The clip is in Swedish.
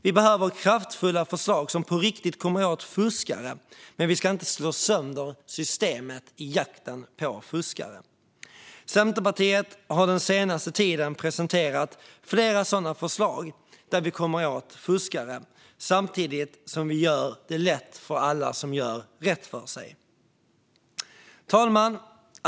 Vi behöver kraftfulla förslag som på riktigt kommer åt fuskare, men vi ska inte slå sönder systemet i jakten på fuskare. Centerpartiet har den senaste tiden presenterat flera sådana förslag där vi kommer åt fuskare samtidigt som vi gör det lätt för alla som gör rätt för sig. Fru talman!